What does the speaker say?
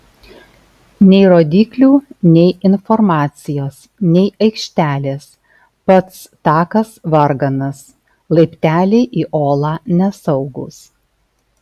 nei rodyklių nei informacijos nei aikštelės pats takas varganas laipteliai į olą nesaugūs